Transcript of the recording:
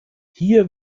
hier